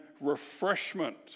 refreshment